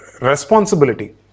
responsibility